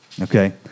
okay